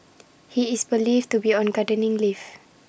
he is believed to be on gardening leave